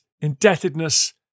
indebtedness